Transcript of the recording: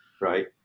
Right